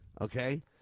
Okay